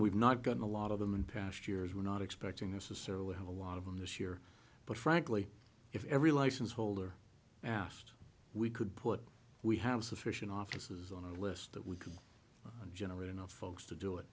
we've not gotten a lot of them in past years we're not expecting this is sort of what a lot of them this year but frankly if every license holder asked we could put we have sufficient offices on our list that we could generate enough folks to do